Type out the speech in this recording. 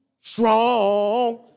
strong